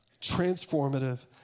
Transformative